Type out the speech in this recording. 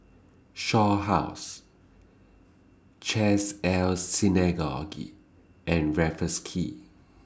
Shaw House Chesed El Synagogue and Raffles Quay